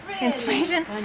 inspiration